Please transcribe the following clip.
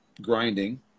grinding